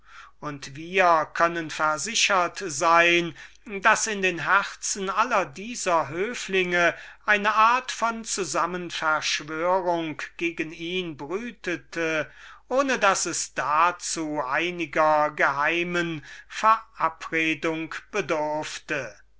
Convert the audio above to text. und wir können versichert sein daß in den herzen aller dieser höflinge eine art von zusammen verschwörung gegen ihn brütete ohne daß es dazu einiger geheimen verabredung bedurfte